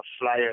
flyer